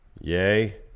Yay